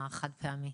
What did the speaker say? החד פעמי?